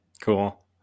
Cool